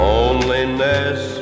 Loneliness